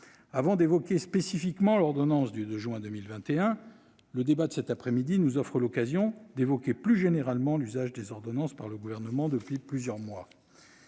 Avant d'évoquer spécifiquement l'ordonnance du 2 juin 2021, le débat de cette après-midi nous offre l'occasion d'évoquer plus généralement l'usage des ordonnances par le Gouvernement depuis plusieurs mois.